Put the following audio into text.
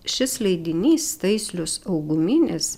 šis leidinys taislius auguminis